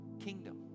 kingdom